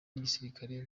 n’igisirikare